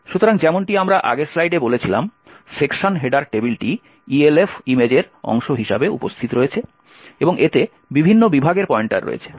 সুতরাং যেমনটি আমরা আগের স্লাইডে বলেছিলাম সেকশন হেডার টেবিলটি ELF ইমেজের অংশ হিসাবে উপস্থিত রয়েছে এবং এতে বিভিন্ন বিভাগের পয়েন্টার রয়েছে